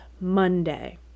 Monday